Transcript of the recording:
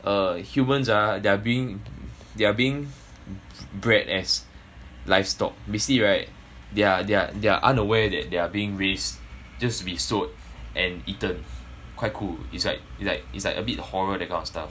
err humans ah they are being they are being bred as livestock basically right they're they're they are unaware that they are being raised just be sold and eaten quite cool it's like it's like it's like a bit horror that kind of stuff